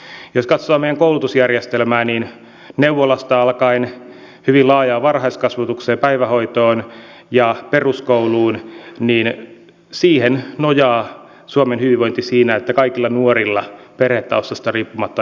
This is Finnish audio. jos katsotaan meidän koulutusjärjestelmäämme niin neuvolasta alkaen hyvin laajaan varhaiskasvatukseen päivähoitoon ja peruskouluun nojaa suomen hyvinvointi siinä että kaikilla nuorilla perhetaustasta riippumatta on yhtäläiset mahdollisuudet pärjätä